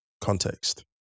context